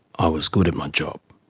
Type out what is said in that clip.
i was good at my job.